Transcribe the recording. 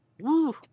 Woo